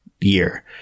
year